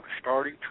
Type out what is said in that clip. starting